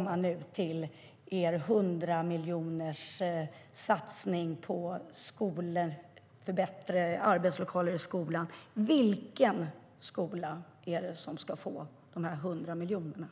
området heller.